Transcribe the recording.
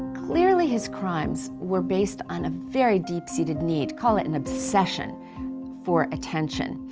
clearly his crimes were based on a very deep-seated need call it an obsession for attention.